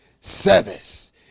service